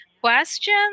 question